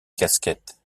casquette